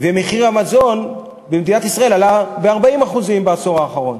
ובמדינת ישראל מחירי המזון עלו ב-40% בעשור האחרון.